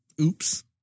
Oops